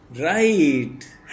Right